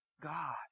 God